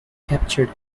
captured